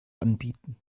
anbieten